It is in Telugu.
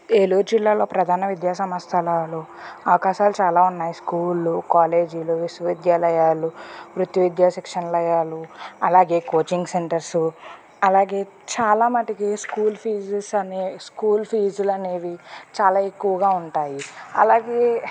ఏలూరు జిల్లాలో ప్రధాన విద్యా సంస్థలలో అవకాశాలు చాలా ఉన్నాయి స్కూళ్ళు కాలేజీలు విశ్వవిద్యాలయాలు వృత్తి విద్యా శిక్షణాలయాలు అలాగే కోచింగ్ సెంటర్సు అలాగే చాలావరకు స్కూల్ ఫీజెస్ అనే స్కూల్ ఫీజులు అనేవి చాలా ఎక్కువగా ఉంటాయి అలాగే